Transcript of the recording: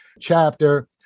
chapter